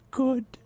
good